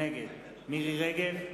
נגד מירי רגב,